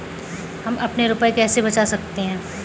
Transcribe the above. हम अपने रुपये कैसे बचा सकते हैं?